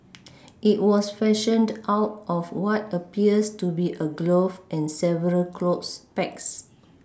it was fashioned out of what appears to be a glove and several clothes pegs